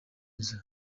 nzu